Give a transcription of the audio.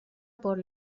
por